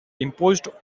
imposed